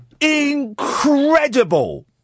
incredible